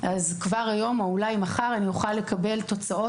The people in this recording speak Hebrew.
וכבר היום או אולי מחר אני אוכל לקבל תוצאות,